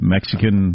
Mexican